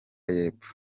y’epfo